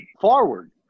forward